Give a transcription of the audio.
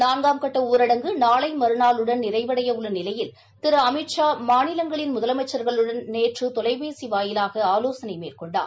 நான்காம் கட்ட ஊரடங்கு நாளை மறுநாளுடன் நிறைவடைய உள்ள நிலையில் திரு அமித்ஷா மாநிலங்களின் முதலமைச்ச்களுடன் நேற்று தொலைபேசி வாயிலாக ஆவோசனை மேற்கொண்டார்